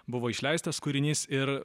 buvo išleistas kūrinys ir